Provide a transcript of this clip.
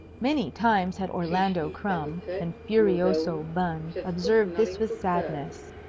many times had orlando crumb and furioso bun observed this with sadness,